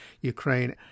Ukraine